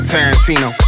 Tarantino